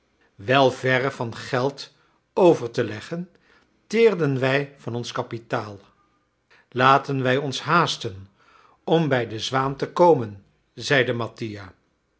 wel verre van geld over te leggen teerden wij van ons kapitaal laten wij ons haasten om bij de zwaan te komen zeide